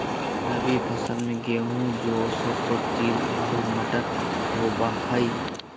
रबी फसल में गेहूं, जौ, सरसों, तिल आरो मटर होबा हइ